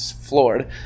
floored